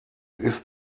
ist